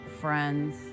friends